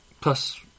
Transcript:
Plus